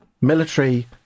military